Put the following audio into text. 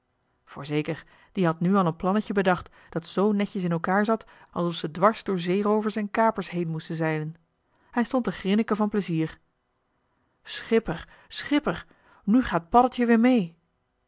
voorzeker die had nu al een plannetje bedacht dat zoo netjes in elkaar zat alsof ze dwars door zeeroovers en kapers heen moesten zeilen hij stond te grinneken van plezier schipper schipper nu gaat paddeltje weer mee